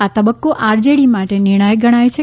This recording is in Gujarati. આ તબક્કો આરજેડી માટે નિર્ણાયક ગણાય છે